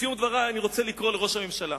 בסיום דברי אני רוצה לקרוא לראש הממשלה: